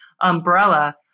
umbrella